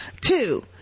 two